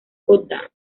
goddard